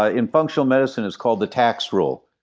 ah in functional medicine, it's called the tack's rule.